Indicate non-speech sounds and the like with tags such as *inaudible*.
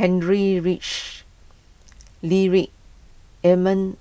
*unintelligible* Ludwig Emil